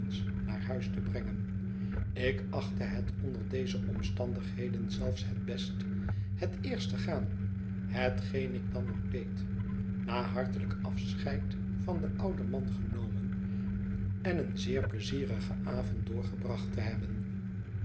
naar huis te brengen ik achtte hetonder deze omstandigheden zelfs het best het eerst te gaan hetgeen ik dan ook deed na hartelijk afscheid van den ouden man genomen en een zeerpleizierigen avond doorgebracht te hebben